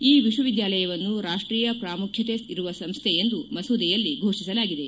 ಈ ವಿಶ್ವವಿದ್ಯಾಲಯವನ್ನು ರಾಷ್ಟೀಯ ಪ್ರಾಮುಖ್ಯತೆ ಇರುವ ಸಂಸ್ಥೆ ಎಂದು ಮಸೂದೆಯಲ್ಲಿ ಘೋಷಿಸಲಾಗಿದೆ